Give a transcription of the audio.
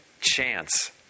chance